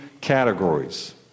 categories